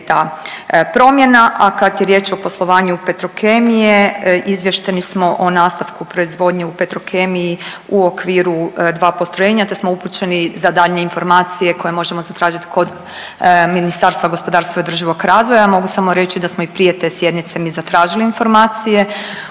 ta promjena, a kad je riječ o poslovanju Petrokemije izvješteni smo o nastavku proizvodnje u Petrokemiji u okviru dva postrojenja te smo upućeni za daljnje informacije koje možemo zatražiti kod Ministarstva gospodarstva i održivog razvoja. Mogu samo reći da smo i prije te sjednice mi zatražili informacije